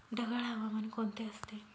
ढगाळ हवामान कोणते असते?